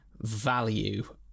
value